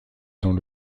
dans